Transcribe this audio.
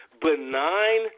benign